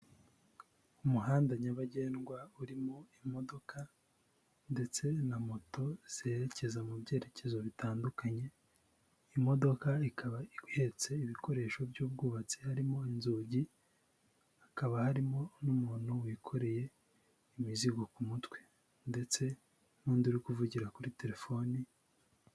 Umuhanda nyabagendwa, urimo imodoka ndetse na moto zerekeza mu byerekezo bitandukanye, imodoka ikaba ihetse ibikoresho by'ubwubatsi, harimo inzugi, hakaba harimo n'umuntu wikoreye imizigo ku mutwe ndetse n'undi uri kuvugira kuri telefoni.